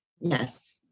Yes